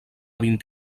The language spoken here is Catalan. vint